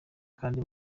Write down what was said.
kandi